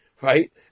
right